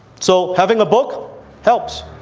so, having a book helps.